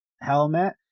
helmet